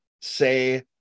say